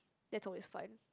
that's always fine